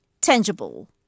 tangible